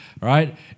right